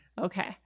okay